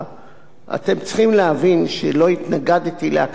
אתם צריכים להבין שלא התנגדתי להקמת הוועדה,